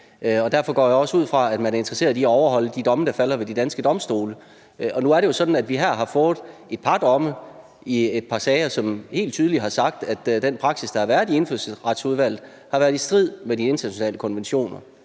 og derfor går jeg også ud fra, at man er interesseret i at efterleve de domme, der afsiges ved de danske domstole. Nu er det jo sådan, at vi her har fået et par domme i et par sager, som helt tydeligt har sagt, at den praksis, der har været i Indfødsretsudvalget, har været i strid med de internationale konventioner.